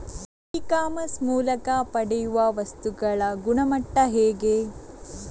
E commerce ಮೂಲಕ ಪಡೆಯುವ ವಸ್ತುಗಳ ಗುಣಮಟ್ಟ ಹೇಗೆ?